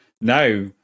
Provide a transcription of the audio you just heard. Now